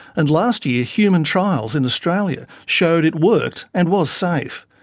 and last year human trials in australia showed it worked and was safe.